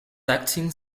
acting